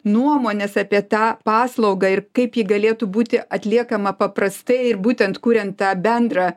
nuomonės apie tą paslaugą ir kaip ji galėtų būti atliekama paprastai ir būtent kuriant tą bendrą